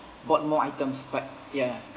bought more items but ya